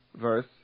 verse